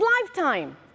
lifetime